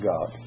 God